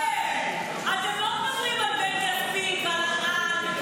--- אתם לא --- על בן כספית --- התבהלה.